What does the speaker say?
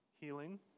healing